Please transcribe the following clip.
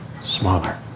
smaller